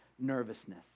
nervousness